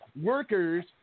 workers